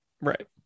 right